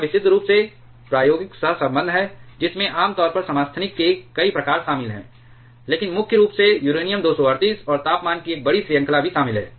यह विशुद्ध रूप से प्रायोगिक सहसंबंध है जिसमें आम तौर पर समस्थानिक के कई प्रकार शामिल हैं लेकिन मुख्य रूप से यूरेनियम 238 और तापमान की एक बड़ी श्रृंखला भी शामिल है